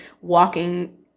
walking